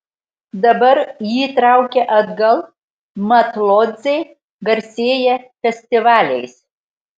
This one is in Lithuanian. dabar jį traukia atgal mat lodzė garsėja festivaliais